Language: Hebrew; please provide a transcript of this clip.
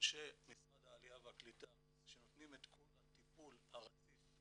שאנשי משרד העלייה והקליטה שנותנים את כל הטיפול הרציף,